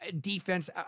Defense